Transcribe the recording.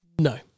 No